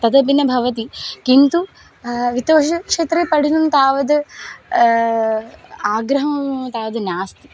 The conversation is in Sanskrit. तदपि न भवति किन्तु वित्तकोषक्षेत्रे पठितुं तावद् आग्रहं तावद् नास्ति